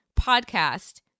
podcast